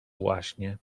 właśnie